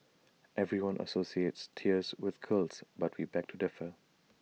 everyone associates tears with girls but we beg to differ